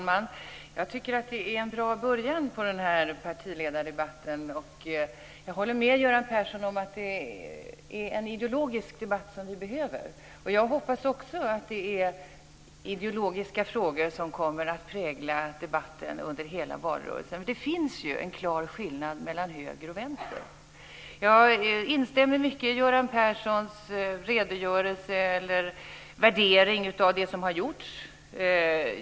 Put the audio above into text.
Fru talman! Det är en bra början på partiledardebatten. Jag håller med Göran Persson om att det är en ideologisk debatt som vi behöver. Jag hoppas också att ideologiska frågor kommer att prägla debatten under hela valrörelsen. Det finns en klar skillnad mellan höger och vänster. Jag instämmer i mycket av Göran Perssons värdering av det som har gjorts.